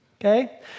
Okay